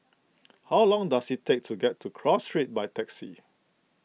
how long does it take to get to Cross Street by taxi